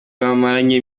bamaranye